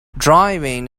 driving